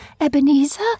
Ebenezer